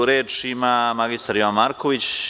Reč ima mr Jovan Marković.